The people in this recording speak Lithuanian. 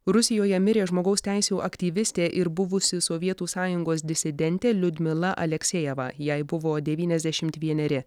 rusijoje mirė žmogaus teisių aktyvistė ir buvusi sovietų sąjungos disidentė liudmila aleksejeva jai buvo devyniasdešimt vieneri